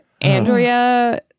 Andrea